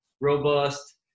robust